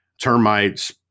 termites